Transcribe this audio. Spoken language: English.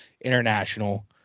international